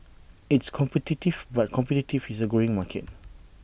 it's competitive but competitive is A growing market